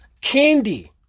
Candy